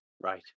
Right